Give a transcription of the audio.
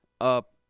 up